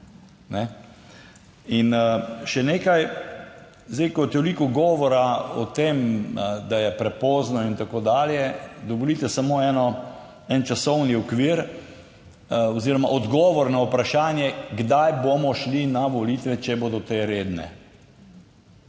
In še nekaj. Zdaj, ko je veliko govora o tem, da je prepozno in tako dalje, dovolite samo eno, en časovni okvir oziroma odgovor na vprašanje, kdaj bomo šli na volitve, če bodo te redne.